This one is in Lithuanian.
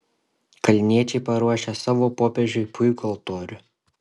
kalniečiai paruošė savo popiežiui puikų altorių